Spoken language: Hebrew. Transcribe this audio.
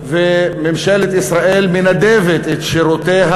וממשלת ישראל מנדבת את שירותיה,